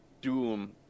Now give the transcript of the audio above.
Doom